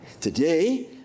Today